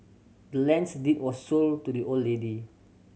the land's deed was sold to the old lady